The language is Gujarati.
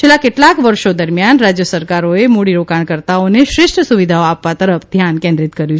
છેલ્લા કેટલાક વર્ષો દરમ્યાન રાજ્ય સરકારોએ મૂડીરોકાણકર્તાઓને શ્રેષ્ઠ સુવિધાઓ આપવા તરફ ધ્યાન કેન્દ્રિત કર્યુ છે